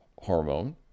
hormone